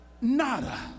nada